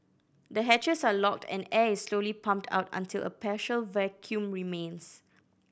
the hatches are locked and air is slowly pumped out until a partial vacuum remains